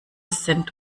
sind